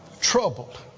troubled